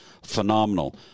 phenomenal